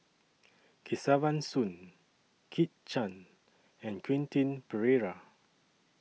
Kesavan Soon Kit Chan and Quentin Pereira